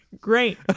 Great